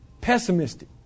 Pessimistic